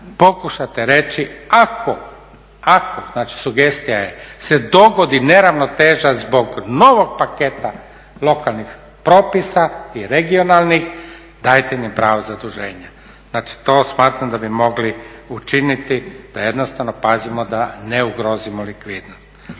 pokušate reći ako, ako znači sugestija je, se dogodi neravnoteža zbog novog paketa lokalnih i regionalnih propisa dajte im pravo zaduženja. To smatram da bi mogli učiniti da jednostavno pazimo da ne ugrozimo nelikvidnost.